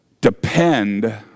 depend